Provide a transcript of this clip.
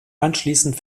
anschließend